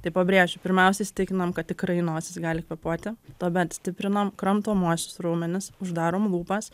tai pabrėžiu pirmiausia įsitikinam kad tikrai nosis gali kvėpuoti tuomet stiprinam kramtomuosius raumenis uždarom lūpas